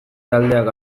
taldeak